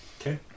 Okay